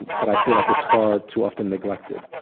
but i feel like it's far too often neglected,